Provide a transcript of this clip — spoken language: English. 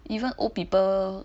even old people